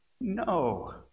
no